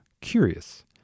curious